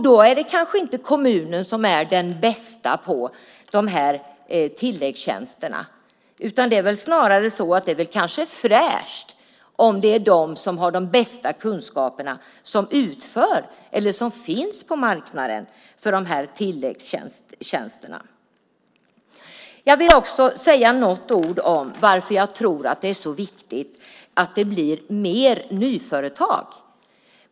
Då är det kanske inte kommunen som är bäst på dessa tilläggstjänster. Det är snarare så att det är fräscht om det är de som har de bästa kunskaperna som utför dessa tilläggstjänster eller som finns på marknaden för dessa tilläggstjänster. Jag vill också säga något om varför jag tror att det är så viktigt att det blir fler nya företag.